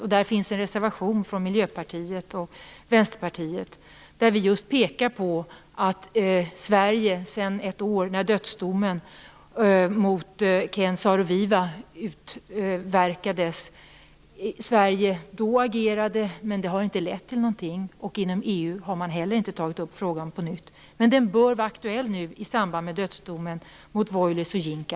I den frågan finns en reservation från Miljöpartiet och Vänsterpartiet, där vi pekar på att Sverige visserligen agerade när dödsdomen mot Ken Saro-Wiwa verkställdes för ett år sedan men att det inte har lett till någonting. Inom EU har man heller inte tagit upp frågan på nytt. Den bör dock vara aktuell nu i samband med dödsdomen mot Wole Soyinka.